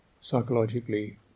psychologically